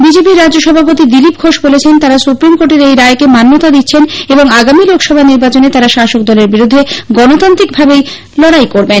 বিজেপির রাজ্য সভাপতি দিলীপ ঘোষ বলেছেন তারা সুপ্রীম কোর্টের এই রায়কে মান্যতা দিচ্ছেন এবং আগামী লোকসভা নির্বাচনে তারা শাসকদলের বিরুদ্ধে গণতান্ত্রিকভাবে লড়াই করবেন